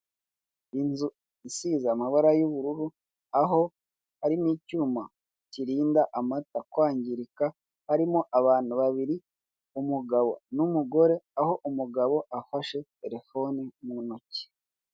Inzu isize amabara y'ubururu, aho harimo icyuma kirinda amata kwangirika, harimo abantu babiri; umugabo n'umugore, aho umugabo afashe telefoni mu ntoki.